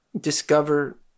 discover